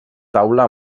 taula